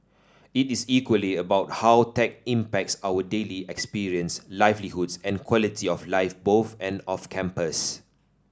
it is equally about how tech impacts our daily experience livelihoods and quality of life both and off campus